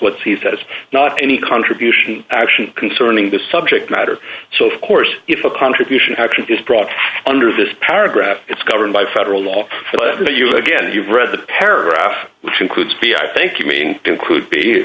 what's he says not any contribution action concerning the subject matter so of course if a contribution actually is brought under this paragraph it's governed by federal law to you again you've read the paragraph which includes b i think you mean